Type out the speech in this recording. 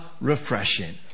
refreshing